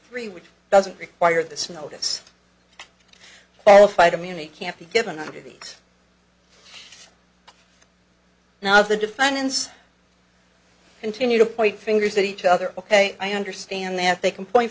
three which doesn't require this notice all fight immunity can't be given under the now the defendant's continue to point fingers at each other ok i understand that they can point